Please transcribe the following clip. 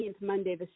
Monday